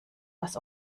was